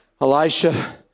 Elisha